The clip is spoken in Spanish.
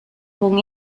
con